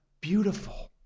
beautiful